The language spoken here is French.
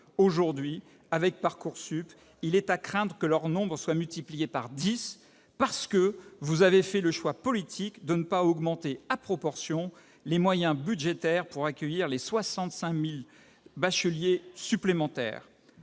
Aujourd'hui, avec Parcoursup, il est à craindre que leur nombre ne soit multiplié par dix, parce que vous avez fait le choix politique de ne pas augmenter à proportion les moyens budgétaires pour accueillir les 65 000 bacheliers supplémentaires.